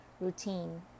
routine